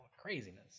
craziness